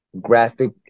graphic